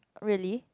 really